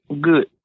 Good